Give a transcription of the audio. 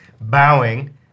bowing